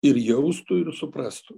ir jaustų ir suprastų